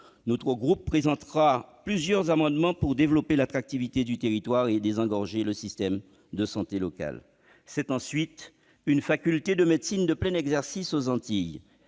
Notre groupe présentera plusieurs amendements visant à développer l'attractivité du territoire et à désengorger le système de santé local. C'est ensuite une faculté de médecine de plein exercice aux Antilles.